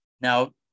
Now